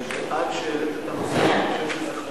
אני בעד, העלית את הנושא הזה, אני חושב שזה חשוב.